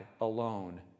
alone